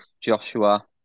Joshua